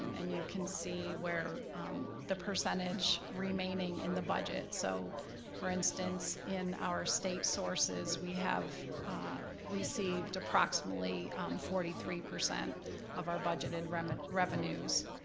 and you can see where the percentage remaining in the budget, so for instance, in our state sources, we have received approximately forty three percent of our budgeted revenues,